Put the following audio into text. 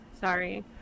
Sorry